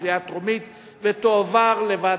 היתה ישיבה טרומית משותפת עם משרד